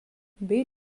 bei